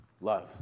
Love